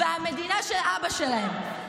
והמדינה של אבא שלהם.